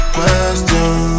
Question